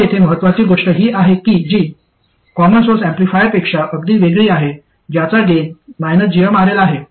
आता येथे महत्वाची गोष्ट ही आहे जी कॉमन सोर्स ऍम्प्लिफायरपेक्षा अगदी वेगळी आहे ज्याचा गेन gmRL आहे